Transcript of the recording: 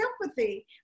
sympathy